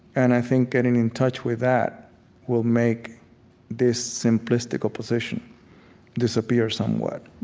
and i think getting in touch with that will make this simplistic opposition disappear somewhat